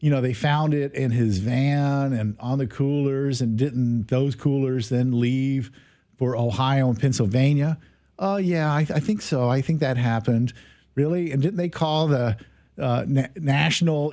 you know they found it in his van and the coolers and didn't those coolers then leave for ohio and pennsylvania yeah i think so i think that happened really and they call the national